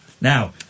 now